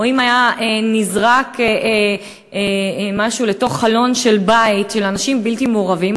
או אם היה נזרק משהו דרך חלון של בית של אנשים בלתי מעורבים,